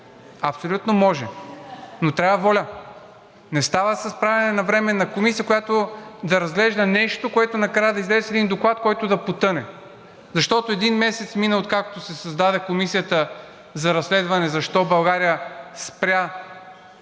абсолютно може, но трябва воля. Не става с правене на временна комисия, която да разглежда нещо, което накрая да излезе с един доклад, който да потъне. Защото един месец мина, откакто се създаде комисията за разследване защо България спря